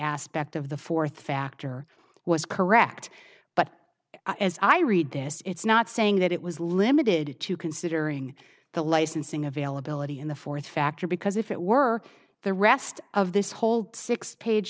aspect of the fourth factor was correct but as i read this it's not saying that it was limited to considering the licensing availability in the fourth factor because if it were the rest of this whole six page